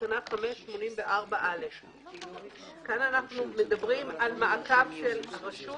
תקנה 584א. כאן אנחנו מדברים על מעקב של הרשות